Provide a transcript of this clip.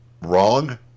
wrong